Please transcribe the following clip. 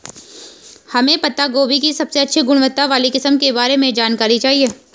हमें पत्ता गोभी की सबसे अच्छी गुणवत्ता वाली किस्म के बारे में जानकारी चाहिए?